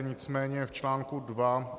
Nicméně v článku 2